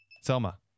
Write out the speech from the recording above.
Selma